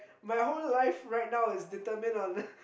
my whole life right now is determined on